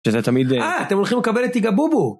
שזה תמיד -אה, אתם הולכים לקבל את תיגה בובו